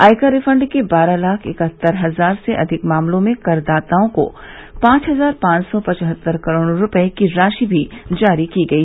आयकर रिफंड के बारह लाख इकहत्तर हजार से अधिक मामलों में कर दाताओं को पांच हजार पांच सौ पचहत्तर करोड रुपए की राश िभी जारी की गई